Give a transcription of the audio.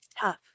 tough